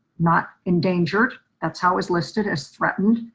not endangered that's how was listed as threatened.